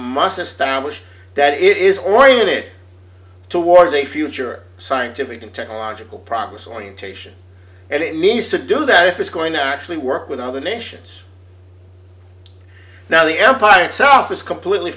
must establish that it is oriented towards a future scientific and technological progress orientation and it needs to do that if it's going to actually work with other nations now the empire itself is completely